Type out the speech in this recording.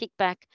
kickback